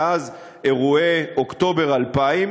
מאז אירועי אוקטובר 2000,